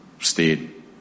stayed